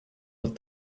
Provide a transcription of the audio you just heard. what